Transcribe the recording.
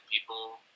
people